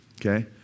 okay